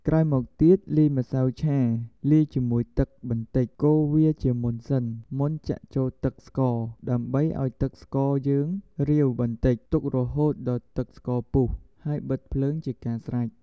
ក្រោយមកទៀតលាយម្សៅឆាលាយជាមួយទឹកបន្តិចកូរវាជាមុនសិនមុនចាក់ចូលទឹកស្ករដើម្បីឲ្យទឹកស្ករយើងរាវបន្តិចទុករហូតដល់ទឹកស្ករពុះហើយបិទភ្លើងជាការស្រេច។